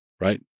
right